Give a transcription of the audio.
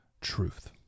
truth